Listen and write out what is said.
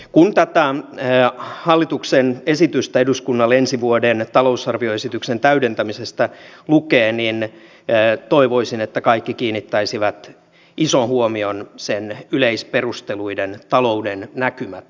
kun tätä hallituksen esitystä eduskunnalle ensi vuoden talousarvioesityksen täydentämisestä lukee niin toivoisin että kaikki kiinnittäisivät ison huomion sen yleisperusteluiden talouden näkymät kohtaan